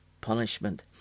punishment